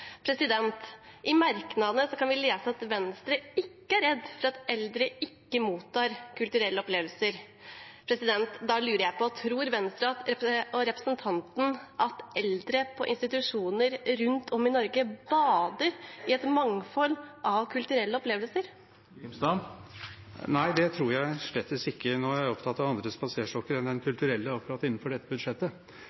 I merknadene kan vi lese at Venstre ikke er redd for at eldre ikke mottar kulturelle opplevelser. Da lurer jeg på: Tror Venstre og representanten at eldre på institusjoner rundt om i Norge bader i et mangfold av kulturelle opplevelser? Nei, det tror jeg slett ikke. Nå er jeg opptatt av andre spaserstokker enn den